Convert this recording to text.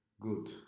good